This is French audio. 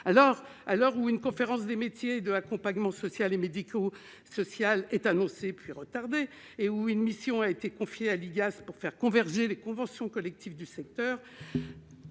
À l'heure où une conférence des métiers de l'accompagnement social et médico-social est annoncée- elle est finalement reportée -, et où une mission est confiée à l'IGAS pour faire converger les conventions collectives du secteur,